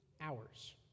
hours